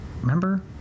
remember